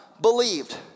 believed